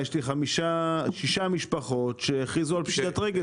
יש לי שישה משפחות שבפשיטת רגל,